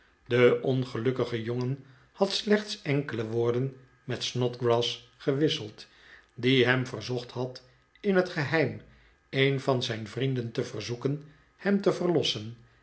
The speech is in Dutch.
de ongelukkige jongen had slechts enkele woorden met snodgrass gewisseld die hem verzocht had in het geheim een van zijn vrienden te verzoeken hem te verlossen